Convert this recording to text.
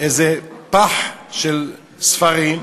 איזה פח של ספרים,